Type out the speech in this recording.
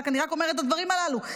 אני רק אומרת את הדברים הללו,